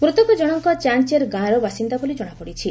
ମୃତକ ଜଶକ ଚାଁଚେର ଗାଁର ବାସିନ୍ଦା ବୋଲି ଜଶାପଡ଼ିଛି